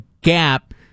gap